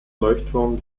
leuchtturm